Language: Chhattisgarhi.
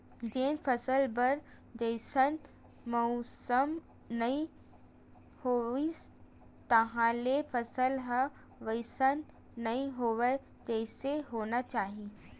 जेन फसल बर जइसन मउसम नइ होइस तहाँले फसल ह वइसन नइ होवय जइसे होना चाही